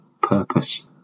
purpose